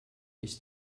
ist